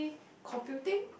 computing